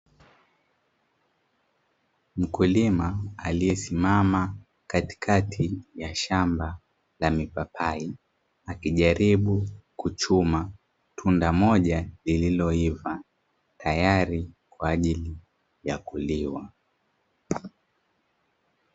Mkulima aliyesimama katikati ya shamba la mipapai, akijaribu kuchuma tunda moja lililoiva tayari kwa ajili ya kukiwa.